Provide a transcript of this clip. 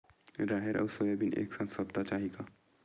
राहेर अउ सोयाबीन एक साथ सप्ता चाही का?